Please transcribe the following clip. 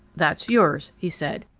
that's yours, he said.